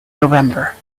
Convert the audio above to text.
november